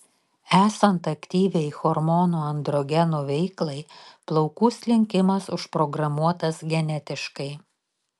esant aktyviai hormonų androgenų veiklai plaukų slinkimas užprogramuotas genetiškai